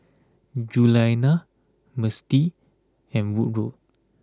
Julianna Mistie and Woodroe